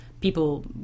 people